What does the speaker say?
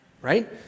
Right